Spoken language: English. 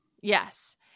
Yes